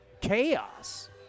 chaos